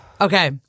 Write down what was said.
Okay